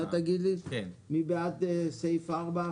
אושר מי בעד סעיף 5?